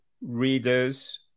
readers